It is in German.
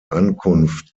ankunft